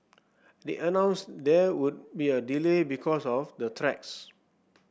they announced there would be a delay because of the tracks